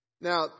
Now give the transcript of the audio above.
Now